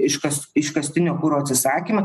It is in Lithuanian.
iškas iškastinio kuro atsisakymą